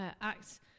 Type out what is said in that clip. Acts